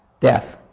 death